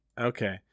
Okay